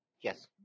Yes